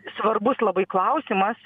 svarbus labai klausimas